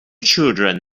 children